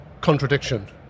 contradiction